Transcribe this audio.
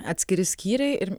atskiri skyriai ir